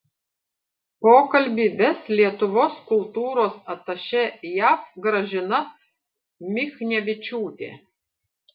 pokalbį ves lietuvos kultūros atašė jav gražina michnevičiūtė